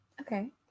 Okay